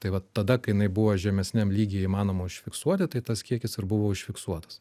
tai vat tada kai jinai buvo žemesniam lygy įmanoma užfiksuoti tai tas kiekis ir buvo užfiksuotas